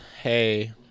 hey